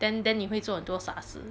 then then 你会做很多傻事